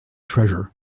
treasure